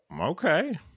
Okay